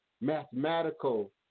mathematical